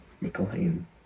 McLean